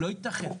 לא ייתכן.